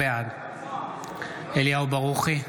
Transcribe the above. בעד אליהו ברוכי,